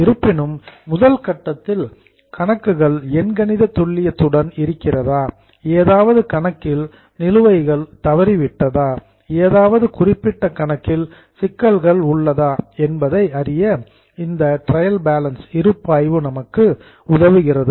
இருப்பினும் முதல் கட்டத்தில் கணக்குகள் எண்கணித துல்லியத்துடன் இருக்கிறதா ஏதாவது கணக்கில் நிலுவைகள் தவறிவிட்டதா ஏதாவது குறிப்பிட்ட கணக்கில் சிக்கல்கள் உள்ளதா என்பதை அறிய இந்த ட்ரையல் பேலன்ஸ் இருப்பாய்வு நமக்கு உதவுகிறது